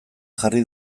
jarri